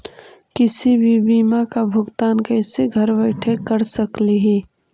किसी भी बीमा का भुगतान कैसे घर बैठे कैसे कर स्कली ही?